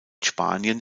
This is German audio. spanien